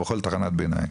בכל תחנת ביניים.